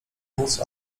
móc